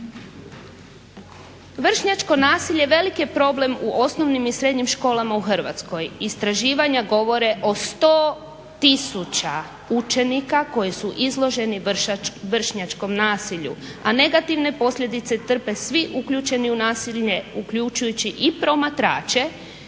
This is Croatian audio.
Vršnjačko nasilje veliki je problem u osnovnim i srednjim školama u Hrvatskoj. istraživanja govore o 100 tisuća učenika koji su izloženi vršnjačkom nasilju, a negativne posljedice trpe svi uključeni u nasilje, uključujući i promatrače